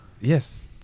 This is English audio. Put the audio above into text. Yes